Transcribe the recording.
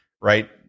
right